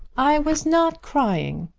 i was not crying.